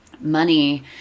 money